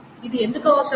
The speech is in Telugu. ఇది ఎందుకు అవసరం